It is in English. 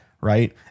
right